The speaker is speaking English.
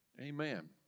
Amen